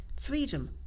freedom